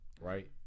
right